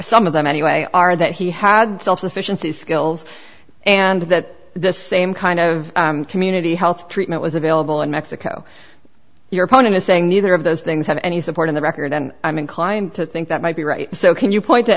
some of them anyway are that he had self sufficiency skills and that the same kind of community health treatment was available in mexico your opponent is saying neither of those things have any support in the record and i'm inclined to think that might be right so can you point to